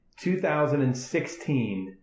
2016